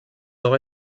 nord